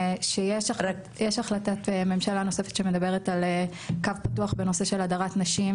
שיש החלטת ממשלה נוספת שמדברת על קו פתוח בנושא של הדרת נשים,